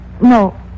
No